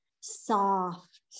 soft